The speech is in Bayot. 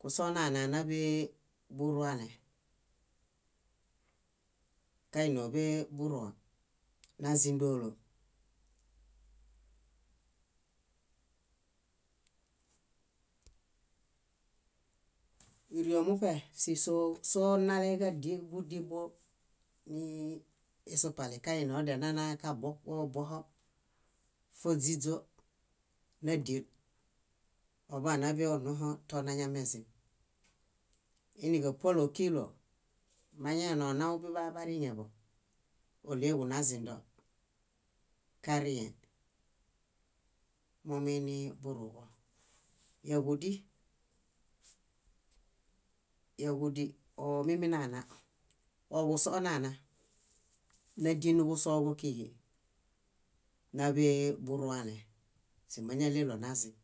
kusonana náḃee burũale, káinioḃeḃurũo nízindolo. Írio muṗe sísosonaleġadiebudiebo nii isupalĩ kainiodianana kabuob obuoho fóźiźo nádiel oḃa náḃe onũho tonañamezim. Íiniġapualeokilo, mañainionaw biḃaa bariŋeḃo óɭeġu nazindo karĩhe: momiiniburũbo. Yáġudi, yáġudi óo musonana nádieniġusoġokiġi náḃee burũale. Símañaɭelo nazim.